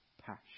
passion